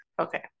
okay